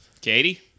Katie